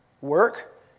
Work